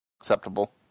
Acceptable